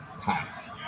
Pats